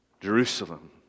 Jerusalem